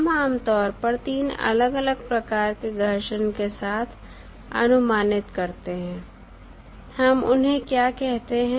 हम आम तौर पर 3 अलग अलग प्रकार के घर्षण के साथ अनुमानित करते हैं हम उन्हें क्या कहते हैं